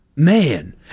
Man